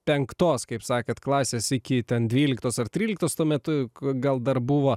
penktos kaip sakėt klasės iki dvyliktos ar tryliktos tuo metu gal dar buvo